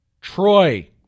Troy